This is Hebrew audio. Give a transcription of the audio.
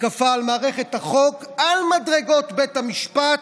התקפה על מערכת החוק על מדרגות בית המשפט?